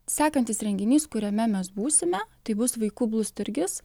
sekantis renginys kuriame mes būsime tai bus vaikų blusturgis